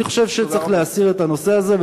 אני חושב שצריך להסיר את הנושא הזה,